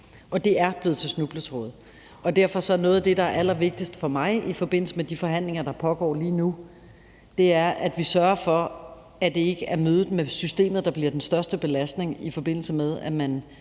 og det er blevet til snubletråde. Derfor er noget af det, der er allervigtigst for mig i forbindelse med de forhandlinger, der pågår lige nu, at vi sørger for, at det ikke er mødet med systemet, der er den største belastning, i forbindelse med at man